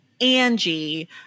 Angie